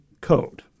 code